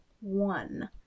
one